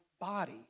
body